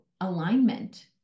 alignment